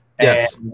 Yes